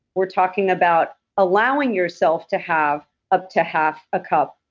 we're talking about allowing yourself to have up to half a cup,